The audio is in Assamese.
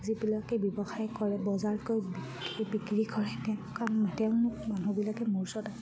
যিবিলাকে ব্যৱসায় কৰে বজাৰত গৈ বিক্ৰী কৰে তেওঁ কাৰণ তেওঁ মানুহবিলাকে মোৰ ওচৰত